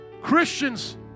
Christians